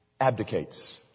abdicates